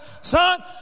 Son